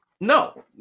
No